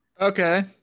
Okay